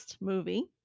movie